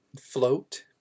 float